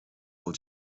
will